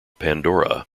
pandora